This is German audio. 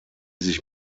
sich